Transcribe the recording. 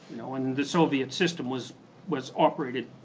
you know and and the soviet system was was operated,